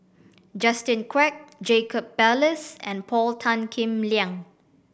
Justin Quek Jacob Ballas and Paul Tan Kim Liang